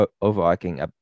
overarching